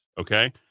okay